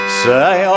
say